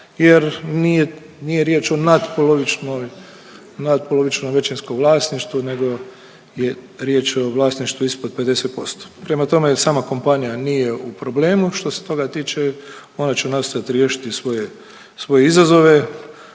o natpolovičnoj, natpolovično većinskom vlasništvu nego je riječ o vlasništvu ispod 50%. Prema tome sama kompanija nije u problemu što se toga tiče. Ona će nastojat riješiti svoje izazove,